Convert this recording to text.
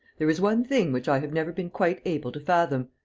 there is one thing which i have never been quite able to fathom,